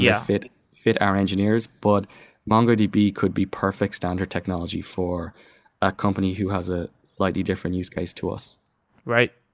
yeah fit fit our engineers. but mongodb could be perfect standard technology for a company who has a slightly different use case to us right.